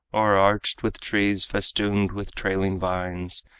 o'erarched with trees festooned with trailing vines,